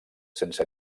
sense